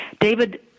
David